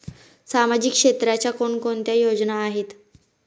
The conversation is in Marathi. सामाजिक क्षेत्राच्या कोणकोणत्या योजना आहेत?